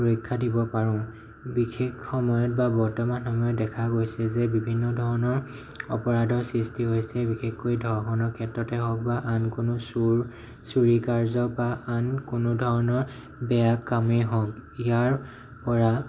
সুৰক্ষা দিব পাৰোঁ বিশেষ সময়ত বা বৰ্তমান সময়ত দেখা গৈছে যে বিভিন্ন ধৰণৰ অপৰাধৰ সৃষ্টি হৈছে বিশেষকৈ ধৰ্ষণৰ ক্ষেত্ৰতে হওঁক বা আন কোনো চোৰ চুৰি কাৰ্য্য বা আন কোনো ধৰণৰ বেয়া কামেই হওঁক ইয়াৰ পৰা